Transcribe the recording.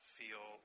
feel